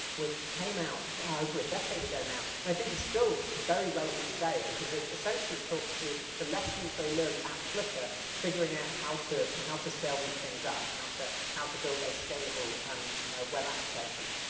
which came out over a decade ago now and i think is still very relevant today, because it essentially talks through the lessons they learned at flickr figuring out how to how to scale these things up, how to how to build a scalable um web application.